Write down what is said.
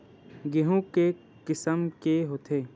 गेहूं के किसम के होथे?